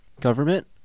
government